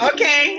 Okay